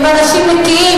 הם אנשים נקיים.